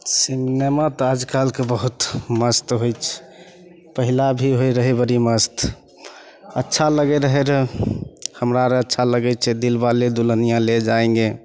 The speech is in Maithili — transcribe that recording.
सिनेमा तऽ आजकलके बहुत मस्त होइ छै पहिले भी होइ रहै बड़ी मस्त अच्छा लागै रहै रऽ हमरा आओर अच्छा लागै छै दिलवाले दुल्हनिया ले जाएँगे